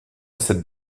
cette